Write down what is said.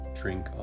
drink